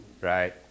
Right